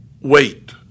wait